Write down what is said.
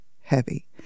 heavy